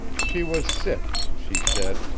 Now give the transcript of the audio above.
she was sick, she said,